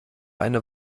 eine